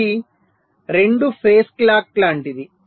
ఇది 2 face clock లాంటిది